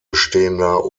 bestehender